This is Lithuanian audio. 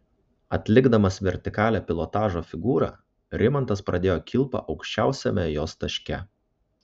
atlikdamas vertikalią pilotažo figūrą rimantas pradėjo kilpą aukščiausiame jos taške